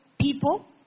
people